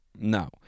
no